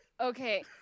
okay